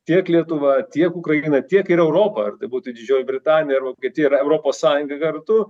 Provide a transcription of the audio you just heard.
tiek lietuva tiek ukraina tiek ir europa ar tai būtų didžioji britanija ar vokietija ar europos sąjunga kartu